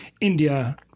India